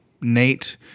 Nate